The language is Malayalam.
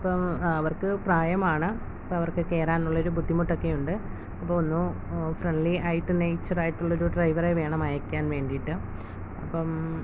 അപ്പം അവർക്ക് പ്രായമാണ് അവർക്ക് കയറാനുള്ള ഒരു ബുദ്ധിമുട്ടൊക്കെയുണ്ട് അപ്പം ഒന്ന് ഫ്രണ്ട്ലി ആയിട്ട് നെച്ചറായിട്ടുള്ളൊരു ഡ്രൈവറെ വേണം അയക്കാൻ വേണ്ടീട്ട്